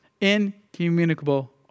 Incommunicable